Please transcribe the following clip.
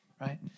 Right